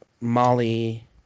Molly